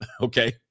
okay